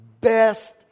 best